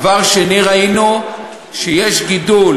דבר שני, ראינו שיש גידול